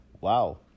Wow